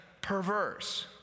perverse